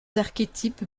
archétypes